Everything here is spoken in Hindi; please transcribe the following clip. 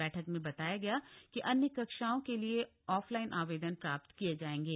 बछक में बताया गया कि अन्य कक्षाओं के लिए ऑफलाइन वेदन पत्र प्राप्त किये जाएंगे